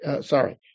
Sorry